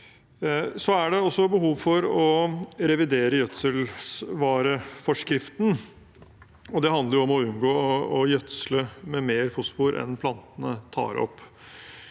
nå. Det er også behov for å revidere gjødselsvareforskriften. Det handler om å unngå å gjødsle med mer fosfor enn plantene tar opp.